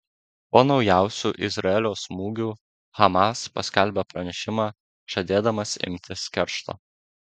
po naujausių izraelio smūgių hamas paskelbė pranešimą žadėdamas imtis keršto